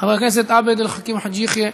חבר הכנסת עבד אל חכים חאג' יחיא.